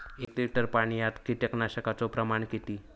एक लिटर पाणयात कीटकनाशकाचो प्रमाण किती?